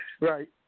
right